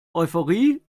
euphorie